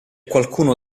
qualcuno